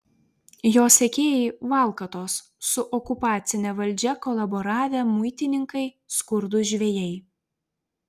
jo sekėjai valkatos su okupacine valdžia kolaboravę muitininkai skurdūs žvejai